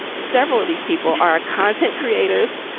several of these people are content creators,